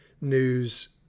news